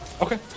Okay